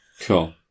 Cool